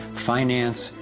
finance,